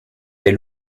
des